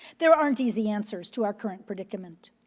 there aren't easy answers to our current predicament,